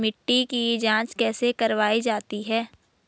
मिट्टी की जाँच कैसे करवायी जाती है?